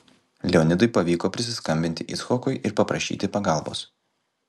leonidui pavyko prisiskambinti icchokui ir paprašyti pagalbos